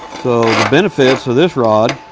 so the benefits of this rod,